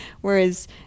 whereas